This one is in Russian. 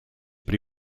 при